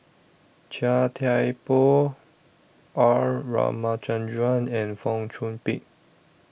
Chia Thye Poh R Ramachandran and Fong Chong Pik